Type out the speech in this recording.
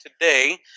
today